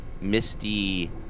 misty